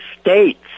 states